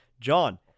John